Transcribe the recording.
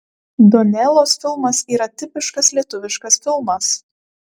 donelos filmas yra tipiškas lietuviškas filmas